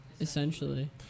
Essentially